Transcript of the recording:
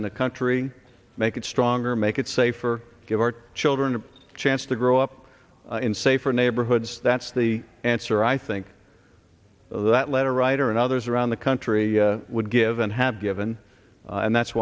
in the country make it stronger make it safer give our children a chance to grow up in safer neighborhoods that's the answer i think that letter writer and others around the country would give and have given and that's